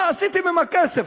מה עשיתם עם הכסף?